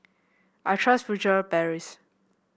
I trust Furtere Paris